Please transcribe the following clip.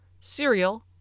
cereal